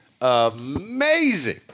amazing